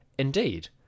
Indeed